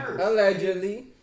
Allegedly